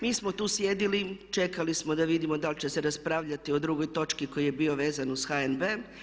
Mi smo tu sjedili, čekali smo da vidimo da li će se raspravljati o drugoj točki koja je bila vezana uz HNB.